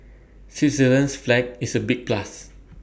Switzerland's flag is A big plus